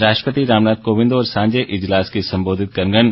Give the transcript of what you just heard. राष्ट्रपति रामनाथ कोविन्द होर सांझे इजलास गी संबोधित करङन